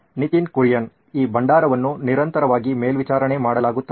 ನಿತಿನ್ ಕುರಿಯನ್ ಈ ಭಂಡಾರವನ್ನು ನಿರಂತರವಾಗಿ ಮೇಲ್ವಿಚಾರಣೆ ಮಾಡಲಾತ್ತದೆ